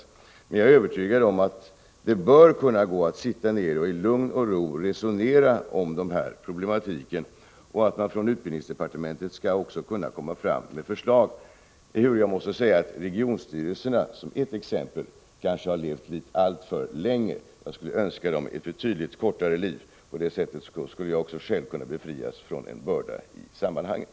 Jag är emellertid övertygad om att det bör gå att i lugn och ro resonera om den problematiken och att utbildningsdepartementet skall I kunna lägga fram förslag till lösningar, ehuru jag måste säga att regionstyrelserna, som ett exempel, kanske har levt alltför länge. Jag skulle önska dem ett betydligt kortare liv — på det sättet skulle jag själv kunna befrias från en börda i sammanhanget.